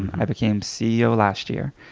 and i became ceo last year.